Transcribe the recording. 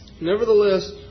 Nevertheless